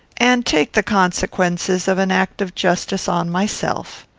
and take the consequences of an act of justice on myself.